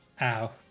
ow